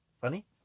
Funny